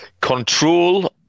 control